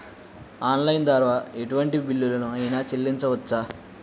Online ద్వారా ఎటువంటి bill అయినా చెల్లించవచ్చా?